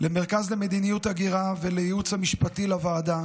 למרכז למדיניות הגירה ולייעוץ המשפטי לוועדה